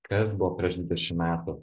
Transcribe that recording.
kas buvo prieš dvidešim metų